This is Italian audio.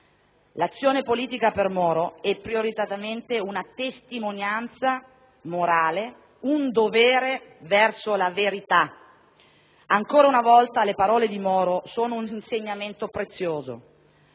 L'azione politica per Moro è prioritariamente una testimonianza morale, un dovere verso la verità. Ancora una volta, le parole di Moro sono un insegnamento prezioso: